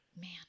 Man